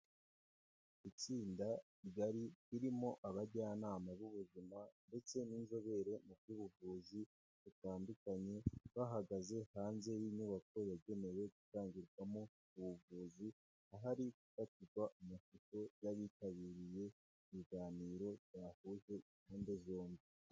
Itsinda rigari ririmo abajyanama b'ubuzima ndetse n'inzobere mu by'ubuvuzi butandukanye, bahagaze hanze y'inyubako yagenewe gutangirwamo ubuvuzi, ahari gufatirwa amafoto y'abitabiriye ibiganiro bahuje impande zombi.